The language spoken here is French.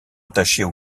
attachée